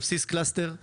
על בסיס קלאסטר;